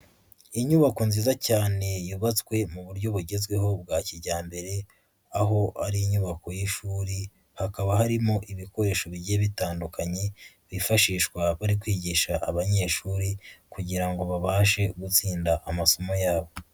Inyubako nziza cyane yubatswe mu buryo bugezweho bwa kijyambere aho ari inyubako y'ishuri, hakaba harimo ibikoresho bigiye bitandukanye byifashishwa bari kwigisha abanyeshuri kugira ngo babashe gutsinda amasomo yabo.